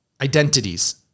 identities